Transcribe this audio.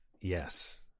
yes